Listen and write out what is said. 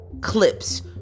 clips